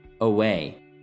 away